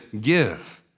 give